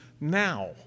now